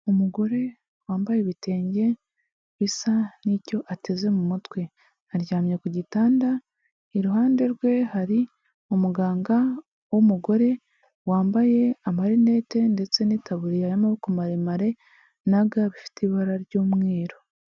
Umugore wambaye ibitenge bisa n'icyo ateze mu mutwe. Aryamye ku gitanda, iruhande rwe hari umuganga w'umugore, wambaye amarinete ndetse n'itaburiya y'amaboko maremare na ga bifite ibara ry'umweru.